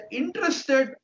interested